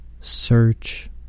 search